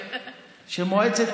תתקדם, מיכאל.